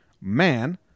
man